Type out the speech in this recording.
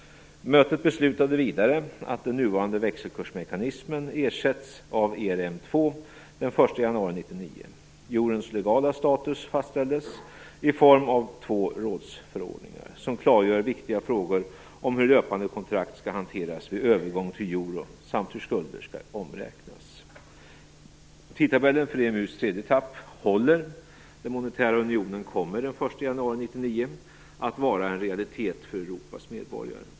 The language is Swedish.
Mötet beslutade vidare att den nuvarande växelkursmekanismen ersätts av ERM 2 den 1 januari 1999. Eurons legala status fastställdes i form av två rådsförordningar som klargör viktiga frågor om hur löpande kontrakt skall hanteras vid övergången till euro samt hur skulder skall omräknas. Tidtabellen för EMU:s tredje etapp håller. Den monetära unionen kommer den 1 januari 1999 att vara en realitet för Europas medborgare.